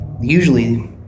Usually